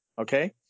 okay